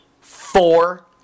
four